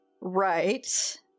Right